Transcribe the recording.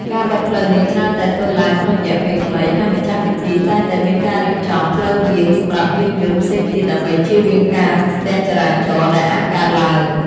ការបិទផ្លូវនេះច្រើនតែធ្វើឡើងក្នុងរយៈពេលខ្លី ហើយម្ចាស់ពិធីតែងតែមានការរៀបចំ ផ្លូវវាង សម្រាប់យានយន្តផ្សេងទៀតដើម្បីជៀសវាងការស្ទះចរាចរណ៍ដែលអាចកើតឡើង។